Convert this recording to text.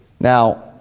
Now